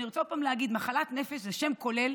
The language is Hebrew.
אני רוצה עוד פעם להגיד שמחלת נפש זה שם כולל